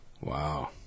Wow